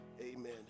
amen